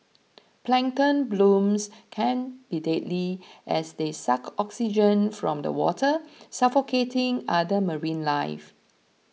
plankton blooms can be deadly as they suck oxygen from the water suffocating other marine life